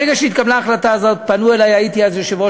ברגע שהתקבלה ההחלטה הזאת פנו אלי,